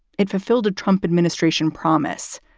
it fulfilled a trump administration promise.